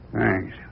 Thanks